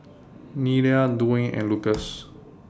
Nelia Dwaine and Lucas